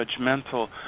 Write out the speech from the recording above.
judgmental